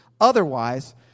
Otherwise